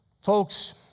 Folks